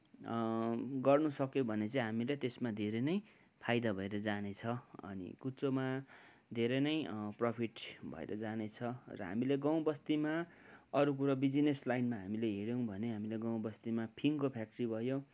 गर्नु सक्यौँ भने चाहिँ हामीले त्यसमा धेरै नै फाइदा भएर जानेछ अनि कुचोमा धेरै नै प्रफिट भएर जानेछ र हामीले गाउँ बस्तीमा अरू कुरो बिजिनेस लाइनमा हामीले हेऱ्यौँ भने हामीलाई गाउँ बस्तीमा फिङ्गको फ्याक्ट्री भयो